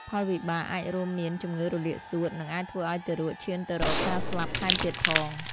ផលវិបាកអាចរួមមានជំងឺរលាកសួត និងអាចធ្វើឱ្យទារកឈានទៅរកការស្លាប់ថែមទៀតផង។